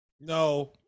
no